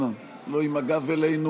אנא, לא עם הגב אלינו.